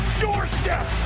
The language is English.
doorstep